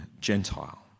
Gentile